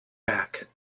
back